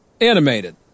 Animated